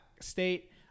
state